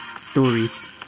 stories